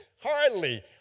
Hardly